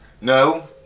No